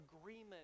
agreement